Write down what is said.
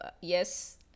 Yes